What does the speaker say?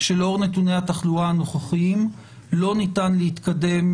שלאור נתוני התחלואה הנוכחיים לא ניתן להתקדם